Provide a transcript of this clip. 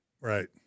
Right